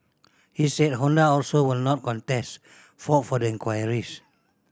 he said Honda also will not contest fault for the inquires